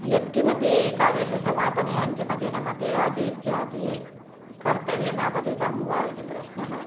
यत्किमपि कार्यस्य समापने अन्तिमदिनमपि अतीत्यापि कर्तव्यम् आपतितं वा इति प्रश्नः